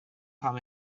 pam